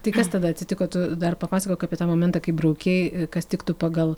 tai kas tada atsitiko tu dar papasakok apie tą momentą kai braukei kas tiktų pagal